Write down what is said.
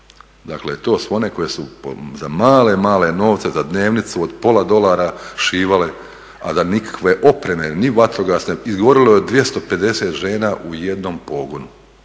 Dakle, to su one koje su za male, male novce, za dnevnicu od pola dolara šivale, a da nikakve opreme ni vatrogasne. Izgorjelo je 250 žena u jednom pogonu